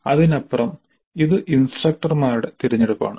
അതിനപ്പുറം ഇത് ഇൻസ്ട്രക്ടർമാരുടെ തിരഞ്ഞെടുപ്പാണ്